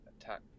attack